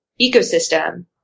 ecosystem